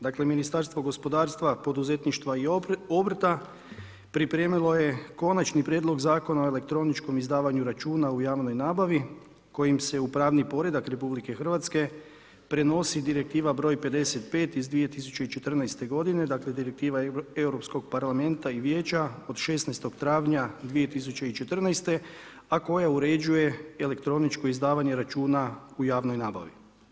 Dakle, Ministarstvo gospodarstva, poduzetništva i obrta pripremilo je Konačni prijedlog zakona o elektroničkom izdavanju računa u javnoj nabavi kojim se u pravni poredak Republike Hrvatske prenosi direktiva br. 55. iz 2014. godine, dakle, direktiva Europskog parlamenta i Vijeća od 16. travnja 2014. a koje uređuje elektroničko izdavanje računa u javnoj nabavi.